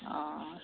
অঁ